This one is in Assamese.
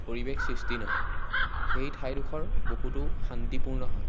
পৰিৱেশ সৃষ্টি নহয় সেই ঠাইডোখৰ বহুতো শান্তিপূৰ্ণ হয়